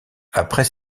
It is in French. après